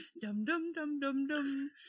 Dum-dum-dum-dum-dum